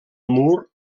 mur